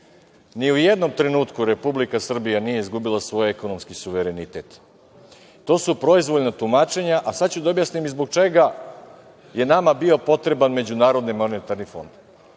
Ni u jednom trenutku Republika Srbija nije izgubila svoj ekonomski suverenitet, to su proizvoljna tumačenja. Sada ću da objasnim i zbog čega je nama bio potreban MMF. Evo, pojavi se